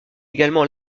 également